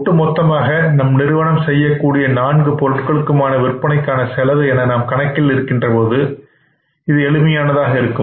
ஒட்டுமொத்தமாக நம் நிறுவனம் செய்யும் கூடிய நான்கு பொருட்களுக்கும் ஆன விற்பனைக்கான செலவு என நாம் கணக்கில் இருக்கின்ற பொழுது இது எளிமையானதாக இருக்கும்